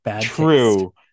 True